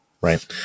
right